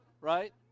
right